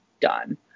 done